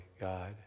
God